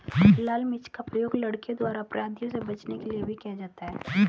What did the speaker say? लाल मिर्च का प्रयोग लड़कियों द्वारा अपराधियों से बचने के लिए भी किया जाता है